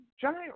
giant